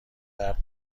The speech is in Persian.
درد